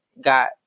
got